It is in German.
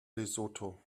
lesotho